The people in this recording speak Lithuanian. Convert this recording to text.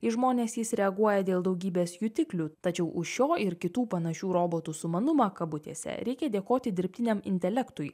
į žmones jis reaguoja dėl daugybės jutiklių tačiau už šio ir kitų panašių robotų sumanumą kabutėse reikia dėkoti dirbtiniam intelektui